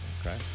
Okay